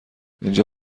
اینجا